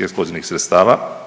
i eksplozivnih sredstava